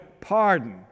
pardon